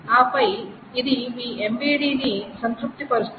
ఆపై ఇది మీ MVD ని సంతృప్తిపరుస్తుంది